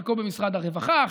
חלקו במשרד הרווחה,